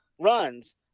runs